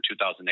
2008